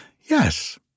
Yes